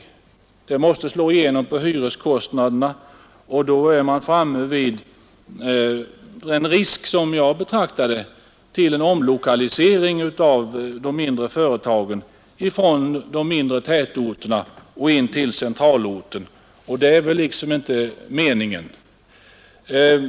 Detta bidrag måste slå igenom på hyreskostnaderna, och då är man framme vid, som jag uppfattar det, en risk för omlokalisering av de mindre företagen från de smärre tätorterna och in till respektive centralort, och det är väl inte meningen.